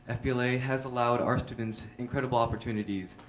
ah fbla has allowed our students incredible opportunities,